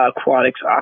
aquatics